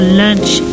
lunch